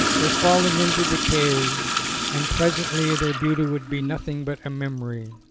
were falling into decay and presently their beauty would be nothing but a memory.